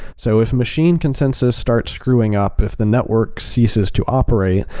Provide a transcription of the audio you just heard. so if machine consensus start screwing up, if the network ceases to operate,